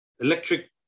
electric